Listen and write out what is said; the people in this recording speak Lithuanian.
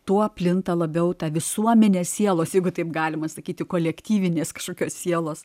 tuo plinta labiau ta visuomenės sielos jeigu taip galima sakyti kolektyvinės kažkokios sielos